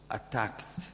attacked